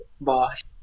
boss